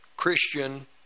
Christian